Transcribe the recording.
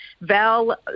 Val